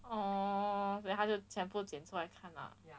orh then 他就全部剪出来去看 ah